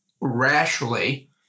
rashly